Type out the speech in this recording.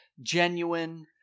genuine